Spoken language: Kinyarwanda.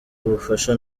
ubufasha